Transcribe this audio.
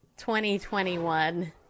2021